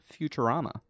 Futurama